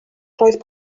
roedd